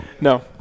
No